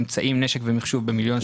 אמצעי נשק ומחשוב במיליון שקלים.